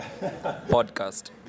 podcast